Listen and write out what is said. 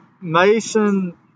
Mason